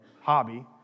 hobby